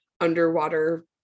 underwater